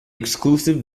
exclusive